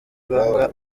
banga